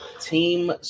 Team